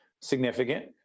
significant